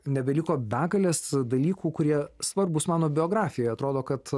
nebeliko begalės dalykų kurie svarbūs mano biografijai atrodo kad